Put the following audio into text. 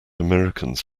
americans